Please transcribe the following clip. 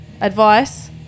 Advice